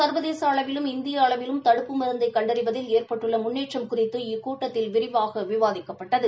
ச்வதேச அளவிலும் இந்திய அளவிலும் தடுப்பு மருந்தை கண்டறிவதில் ஏற்பட்டுள்ள முன்னேற்றம் குறித்து இக்கூட்டத்தில் விரிவாக விவாதிக்கப்பட்டது